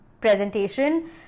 presentation